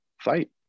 fight